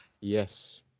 Yes